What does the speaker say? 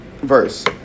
verse